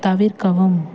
தவிர்க்கவும்